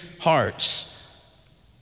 hearts